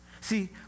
See